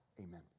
amen